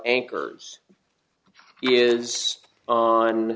anchors is on